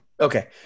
Okay